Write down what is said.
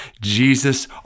Jesus